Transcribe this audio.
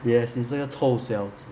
yes 你这个臭小子